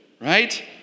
Right